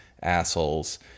assholes